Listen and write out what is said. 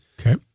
Okay